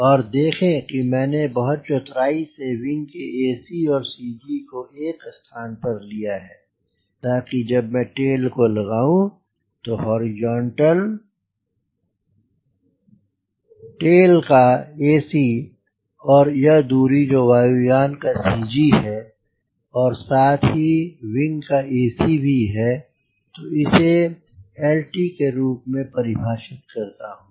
और देखें कि मैंने बहुत चतुराई से विंग के ac और CG को एक ही स्थान पर लिया है ताकि जब मैं टेल को लगाऊं तो हॉरिजॉन्टलटेल का ac और यह दूरी जो कि वायु यान का CG है और साथ ही विंग का ac भी है तो इसे lt के रूप में परिभाषित करता हूँ